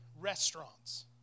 restaurants